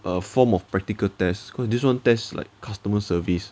a form of practical tests this [one] test like customer service